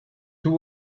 two